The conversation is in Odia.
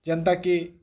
ଯେନ୍ତା କି